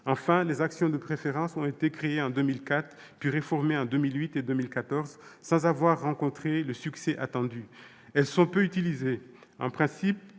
Enfin, les actions de préférence ont été créées en 2004, puis réformées en 2008 et 2014, mais sans rencontrer le succès attendu. Elles restent peu utilisées, alors même